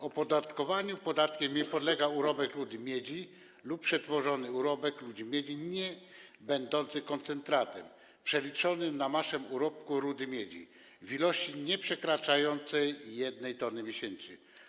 Opodatkowaniu podatkiem nie podlega urobek rudy miedzi lub przetworzony urobek rudy miedzi niebędący koncentratem przeliczony na masę urobku rudy miedzi w ilości nieprzekraczającej 1 t miesięcznie.